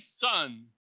son